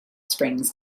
springs